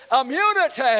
immunity